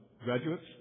graduates